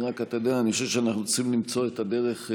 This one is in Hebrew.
אני חושב שאנחנו צריכים למצוא את הדרך,